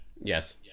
Yes